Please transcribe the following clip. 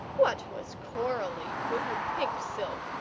what was coralie, with her pink silk,